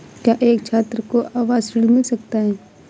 क्या एक छात्र को आवास ऋण मिल सकता है?